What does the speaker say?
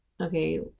okay